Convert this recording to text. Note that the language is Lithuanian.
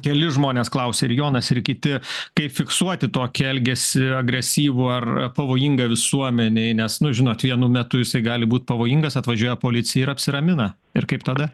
keli žmonės klausia ir jonas ir kiti kaip fiksuoti tokį elgesį agresyvų ar pavojingą visuomenei nes nu žinot vienu metu jisai gali būt pavojingas atvažiuoja policija ir apsiramina ir kaip tada